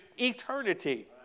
Eternity